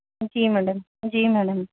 ਜੀ ਮੈਡਮ ਜੀ ਮੈਡਮ